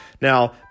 Now